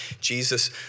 Jesus